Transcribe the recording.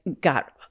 got –